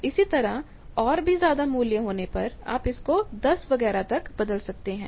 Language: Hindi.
इसी तरह और भी ज्यादा मूल्य होने पर आप इसको 10 वगैरह तक बदल सकते हैं